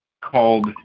called